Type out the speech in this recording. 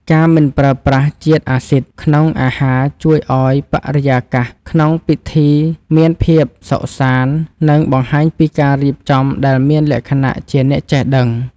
ការមិនប្រើប្រាស់ជាតិអាស៊ីតក្នុងអាហារជួយឱ្យបរិយាកាសក្នុងពិធីមានភាពសុខសាន្ត និង បង្ហាញពីការរៀបចំដែលមានលក្ខណៈជាអ្នកចេះដឹង។